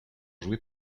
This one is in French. joué